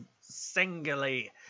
singly